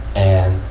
and,